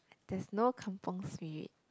that's no kampung Spirit